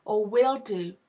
or will do,